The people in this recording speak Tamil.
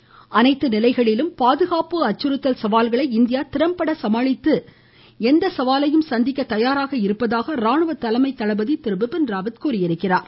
பிபின் ராவத் அனைத்து நிலைகளிலும் பாதுகாப்பு அச்சுறுத்தல் சவால்களை இந்தியா திறம்பட சமாளித்து எச்சாவாலையும் சந்திக் தயாராக இருப்பதாக இராணுவ தலைமைத் தளபதி பிபின் ராவத் தெரிவித்திருக்கிறார்